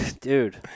Dude